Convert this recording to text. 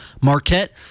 Marquette